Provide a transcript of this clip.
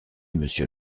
monsieur